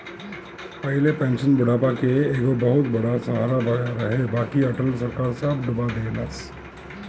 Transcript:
पहिले पेंशन बुढ़ापा के एगो बहुते बड़ सहारा रहे बाकि अटल सरकार सब डूबा देहलस